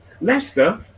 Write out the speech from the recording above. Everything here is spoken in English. Leicester